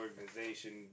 organization